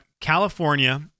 California